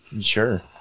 Sure